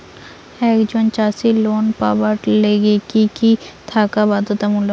একজন চাষীর লোন পাবার গেলে কি কি থাকা বাধ্যতামূলক?